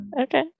Okay